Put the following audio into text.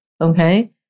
okay